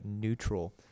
neutral